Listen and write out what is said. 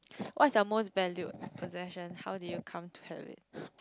what's your most valued possession how do you come to have it